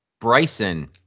Bryson